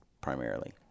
primarily